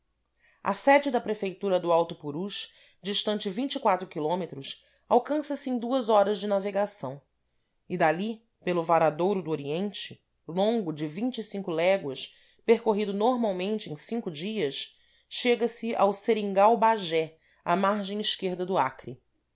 a sede da prefeitura do alto purus distante km alcança se em duas horas de navegação e dali pelo varadouro do oriente longo de inco léguas percorrido normalmente em cinco dias chega-se ao seringal bagé à margem esquerda do acre